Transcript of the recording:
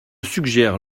suggère